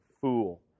fool